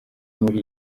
muri